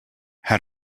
how